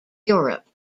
europe